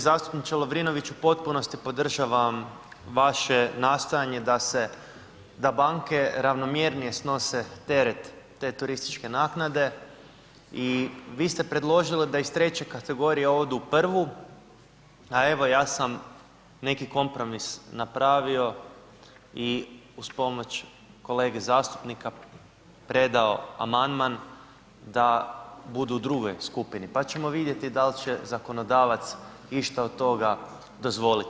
Uvaženi zastupniče Lovrinoviću u potpunosti podržavam vaše nastojanje da banke ravnomjernije snose teret te turističke naknade i vi ste predložili da iz treće kategorije odu u prvu, a evo ja sam neki kompromis napravio i uz pomoć kolege zastupnika predao amandman da budu u drugoj skupini, pa ćemo vidjeti dal će zakonodavac išta od toga dozvoliti.